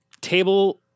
Table